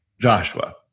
joshua